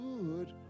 good